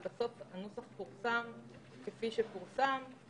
הנוסח פורסם כפי שפורסם,